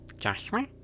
Joshua